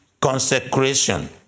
Consecration